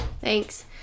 Thanks